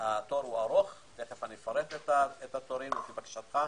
התור הוא ארוך תכף אפרט את התורים לבקשתך,